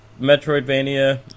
Metroidvania